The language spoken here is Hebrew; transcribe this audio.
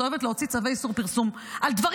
את אוהבת להוציא צווי איסור פרסום על דברים